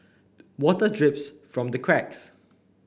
water drips from the cracks